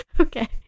Okay